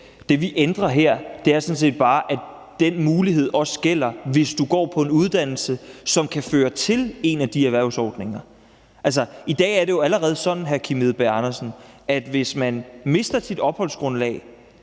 Det, vi ændrer her, er sådan set bare, at den mulighed også gælder, hvis du går på en uddannelse, som kan føre til en af de erhvervsordninger. I dag er det jo allerede sådan, hr. Kim Edberg Andersen, at hvis man mister sit opholdsgrundlag,